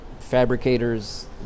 fabricators